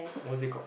what's it called